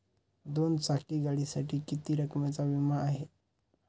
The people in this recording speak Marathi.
दोन चाकी गाडीसाठी किती रकमेचा विमा आहे?